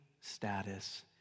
status